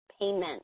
payment